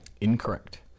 incorrect